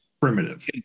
primitive